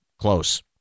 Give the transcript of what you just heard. close